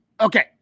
Okay